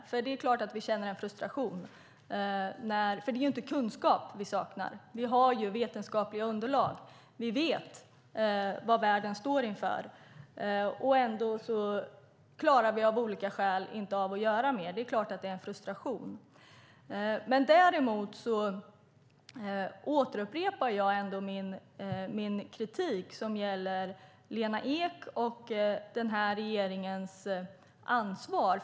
Det är klart att vi känner en frustration. Det är inte kunskap vi saknar. Vi har vetenskapliga underlag. Vi vet vad världen står inför. Ändå klarar vi av olika skäl inte av att göra mer. Det är klart att det är en frustration. Däremot återupprepar jag min kritik som gäller Lena Ek och regeringens ansvar.